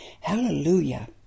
Hallelujah